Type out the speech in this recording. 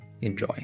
enjoy